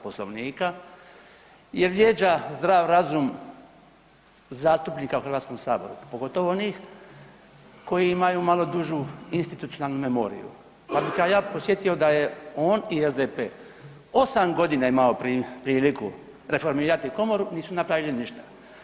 Poslovnika jer vrijeđa zdrav razum zastupnika u Hrvatskom saboru pogotovo onih koji imaju malo dužu institucionalnu memoriju pa bih ga ja podsjetio da je on i SDP 8 g. imao priliku reformirati komoru, nisu napravili ništa.